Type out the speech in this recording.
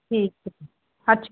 ਠੀਕ ਹੈ ਅੱਛਾ